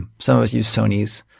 some of us use sonys.